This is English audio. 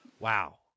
Wow